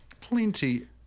Plenty